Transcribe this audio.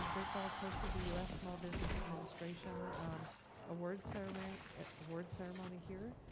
um great falls hosted the us small business administration award ceremony award ceremony here.